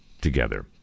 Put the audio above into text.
together